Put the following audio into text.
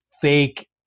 fake